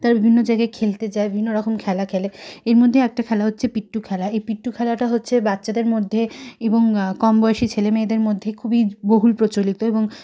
তারা বিভিন্ন জায়গায় খেলতে যায় বিভিন্ন রকম খেলা খেলে এর মধ্যে একটা খেলা হচ্ছে পিট্টু খেলা এই পিট্টু খেলাটা হচ্ছে বাচ্চাদের মধ্যে এবং কম বয়সি ছেলেমেয়েদের মধ্যে খুবই বহুল প্রচলিত এবং